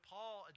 Paul